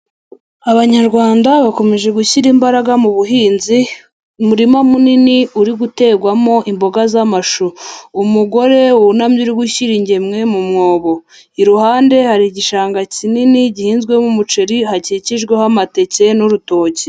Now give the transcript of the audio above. Abanyarwanda bakomeje gushyira imbaraga mu buhinzi. Umurima munini uri gutegwamo imboga z'amashu. Umugore wunamye uri gushyira ingemwe mu mwobo, iruhande hari igishanga kinini gihinzwemo umuceri hakikijweho amateke n'urutoki.